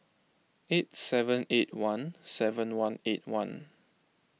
eight seven eight one seven one eight one